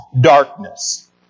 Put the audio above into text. darkness